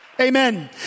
Amen